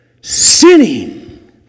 sinning